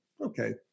Okay